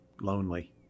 lonely